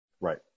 Right